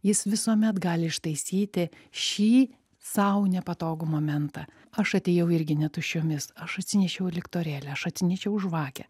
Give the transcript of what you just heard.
jis visuomet gali ištaisyti šį sau nepatogų momentą aš atėjau irgi ne tuščiomis aš atsinešiau liktorėlį aš atsinešiau žvakę